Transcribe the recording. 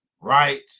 right